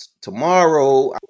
tomorrow